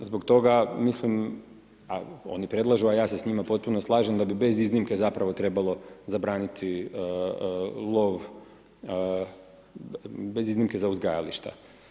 Zbog toga mislim, oni predlažu a ja se s njima potpuno slažem da biti bez iznimke zapravo trebalo zabraniti lov bez iznimke za uzgajališta.